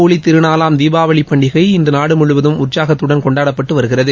ஒளித் திருநாளாம் தீபாவளி பண்டிகை இன்று நாடு முழுவதும் உற்சாகத்தடன் கொண்டாடப்பட்டு வருகிறது